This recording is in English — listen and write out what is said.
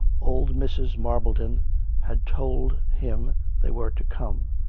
old mrs. marpleden had told him they were to come,